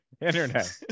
Internet